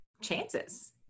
chances